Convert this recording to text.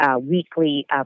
weekly